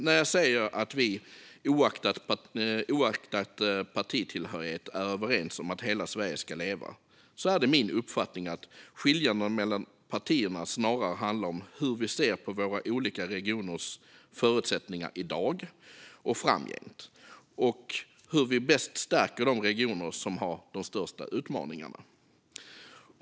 När jag säger att vi oavsett partitillhörighet är överens om att hela Sverige ska leva är det min uppfattning att skillnaderna mellan partierna snarare handlar om hur vi ser på våra olika regioners förutsättningar i dag och framgent samt om hur vi bäst stärker de regioner som har de största utmaningarna.